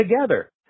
together